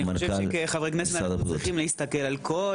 חושב שכחברי כנסת אנחנו צריכים להסתכל על כל-